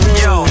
yo